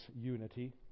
unity